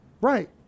Right